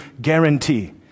guarantee